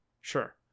sure